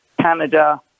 canada